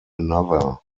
another